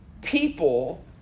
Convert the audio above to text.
people